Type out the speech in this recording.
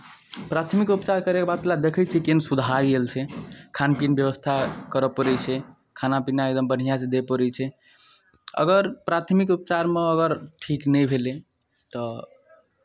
प्राथमिक उपचार करैके बाद देखै छियै केहन सुधार भेल छै खान पीन व्यवस्था करय पड़ै छै खाना पीना एकदम बढ़िआँसँ दिअ पड़ै छै अगर प्राथमिक उपचारमे अगर ठीक नहि भेलै तऽ